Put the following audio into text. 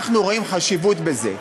אנחנו רואים חשיבות בזה.